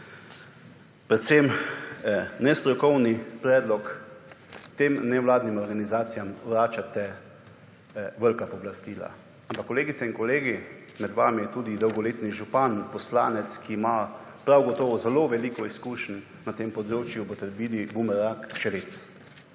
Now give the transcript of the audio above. predvsem nestrokovni predlog tem nevladnim organizacijam vračate velika pooblastila. Ampak, kolegice in kolegi, med vami je tudi dolgoletni župan, poslanec, ki ima prav gotovo zelo veliko izkušenj na tem področju boste naredili bumerang /